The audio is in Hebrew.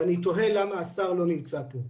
ואני תוהה למה השר לא נמצא פה.